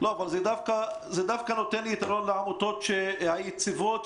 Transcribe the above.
אבל זה נותן יתרון לעמותות היציבות,